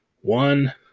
One